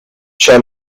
ciò